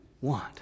want